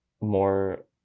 more